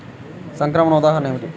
సంక్రమణ ఉదాహరణ ఏమిటి?